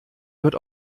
wird